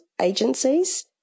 agencies